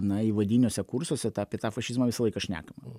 na įvadiniuose kursuose tą apie tą fašizmą visą laiką šnekame